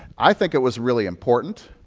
i think it was really important,